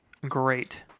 Great